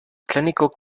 clinical